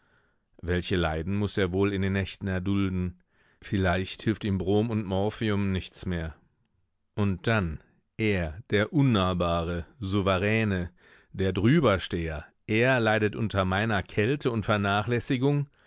welche leiden muß er wohl in den nächten erdulden vielleicht hilft ihm brom und morphium nichts mehr und dann er der unnahbare souveräne der drübersteher er leidet unter meiner kälte und vernachlässigung